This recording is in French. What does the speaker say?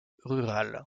rural